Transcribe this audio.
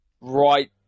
right